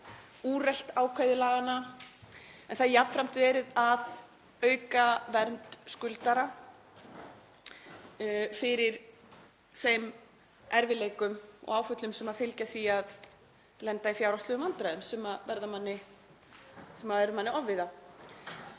úrelt ákvæði laganna en jafnframt er verið að auka vernd skuldara fyrir þeim erfiðleikum og áföllum sem fylgja því að lenda í fjárhagslegum vandræðum sem eru manni ofviða.